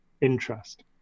interest